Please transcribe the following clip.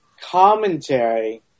commentary